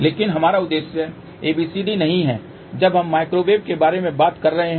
लेकिन हमारा उद्देश्य ABCD नहीं है जब हम माइक्रोवेव के बारे में बात कर रहे हैं